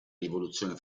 rivoluzione